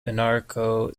anarcho